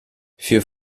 für